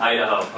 Idaho